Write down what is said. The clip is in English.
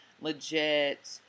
legit